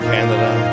Canada